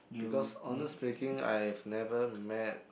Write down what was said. because honest speaking I've never met